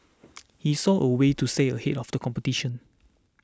he saw a way to stay ahead of the competition